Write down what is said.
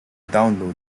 download